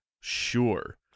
sure